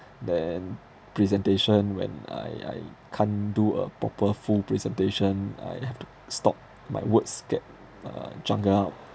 then presentation when I I can't do a proper full presentation I have to stop my words get uh jumble up